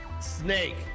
Snake